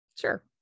Sure